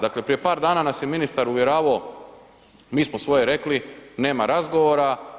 Dakle, prije par danas nas je ministar uvjeravao, mi smo svoje rekli, nema razgovora.